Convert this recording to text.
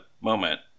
moment